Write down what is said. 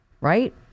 right